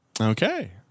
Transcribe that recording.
Okay